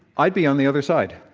i'd be on the other side.